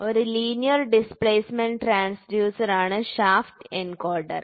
ഒരു linear displacement ട്രാൻസ്ഡ്യൂസറാണ് shaft encoder